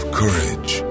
courage